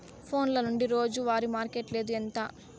ఫోన్ల నుండి రోజు వారి మార్కెట్ రేటు ఎంత?